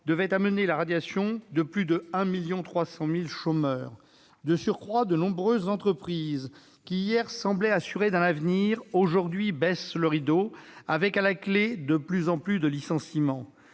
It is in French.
devait entraîner la radiation de plus de 1,3 million de chômeurs. De surcroît, de nombreuses entreprises, qui, hier, semblaient assurées d'un avenir, baissent aujourd'hui le rideau avec, à la clé, de plus en plus de licenciements.